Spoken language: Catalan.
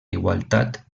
igualtat